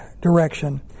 direction